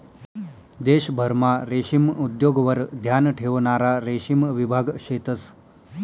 देशभरमा रेशीम उद्योगवर ध्यान ठेवणारा रेशीम विभाग शेतंस